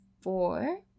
four